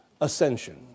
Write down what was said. ascension